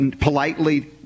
politely